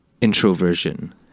introversion